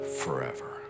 forever